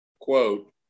quote